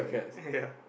ya